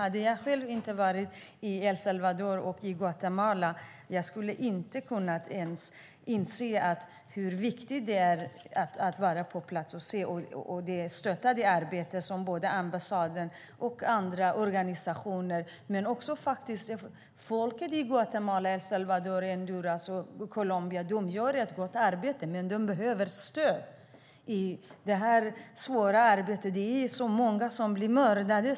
Om jag själv inte hade varit i El Salvador och i Guatemala hade jag inte kunnat inse hur viktigt det är att vara på plats och stötta det arbete som ambassaden och olika organisationer gör. Även folket i Guatemala, El Salvador, Honduras och Colombia gör ett gott arbete, men de behöver stöd i detta svåra arbete. Det är så många som blir mördade.